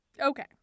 Okay